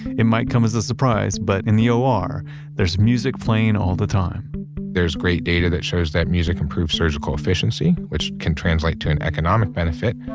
it might come as a surprise, but in the ah or, there's music playing all the time there's great data that shows that music improves surgical efficiency, which can translate to an economic benefit,